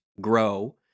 grow